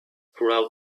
throughout